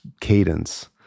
cadence